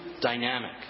dynamic